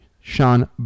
Sean